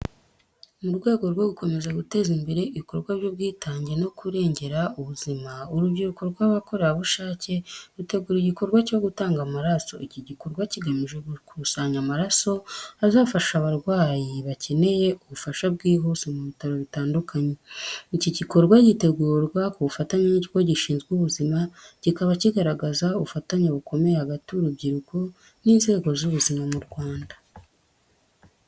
Mu rwego rwo gukomeza guteza imbere ibikorwa by’ubwitange no kurengera ubuzima, urubyiruko rw’abakorerabushake rutegura igikorwa cyo gutanga amaraso, iki gikorwa kigamije gukusanya amaraso azafasha abarwayi bakeneye ubufasha bwihuse mu bitaro bitandukanye. Iki gikorwa gitegurwa ku bufatanye n'ikigo gishinzwe ubuzima, kikaba kigaragaza ubufatanye bukomeye hagati y’urubyiruko n’inzego z’ubuzima mu Rwanda.